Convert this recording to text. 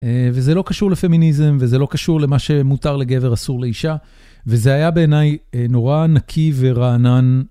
וזה לא קשור לפמיניזם, וזה לא קשור למה שמותר לגבר, אסור לאישה, וזה היה בעיניי נורא נקי ורענן.